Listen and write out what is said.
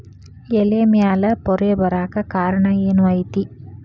ಎಲೆ ಮ್ಯಾಲ್ ಪೊರೆ ಬರಾಕ್ ಕಾರಣ ಏನು ಐತಿ?